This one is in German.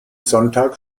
sonntag